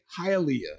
Hialeah